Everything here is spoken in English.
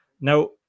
now